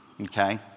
okay